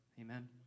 Amen